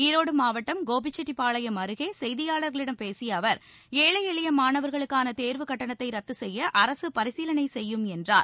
ஈரோடு மாவட்டம் கோபிசெட்டிப்பாளையம் அருகே செய்தியாளர்களிடம் பேசிய அவர் ஏழை எளிய மாணவர்களுக்கான தேர்வுக் கட்டணத்தை ரத்து செய்ய அரசு பரிசீலனை செய்யும் என்றார்